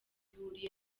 ihuriye